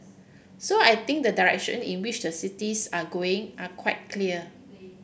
so I think the direction in which the cities are going are quite clear